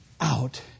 out